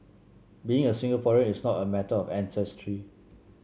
being a Singaporean is not a matter of ancestry